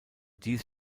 dies